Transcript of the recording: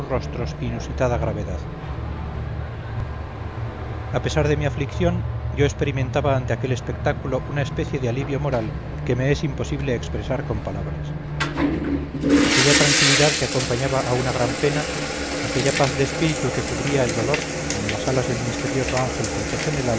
rostros inusitada gravedad a pesar de mi aflicción yo experimentaba ante aquel espectáculo una especie de alivio moral que me es imposible expresar con palabras aquella tranquilidad que acompañaba a una gran pena aquella paz de espíritu que cubría el dolor como las alas del misterioso ángel protegen el